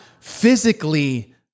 physically